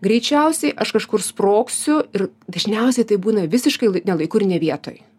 greičiausiai aš kažkur sprogsiu ir dažniausiai tai būna visiškai ne laiku ir ne vietoj